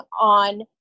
on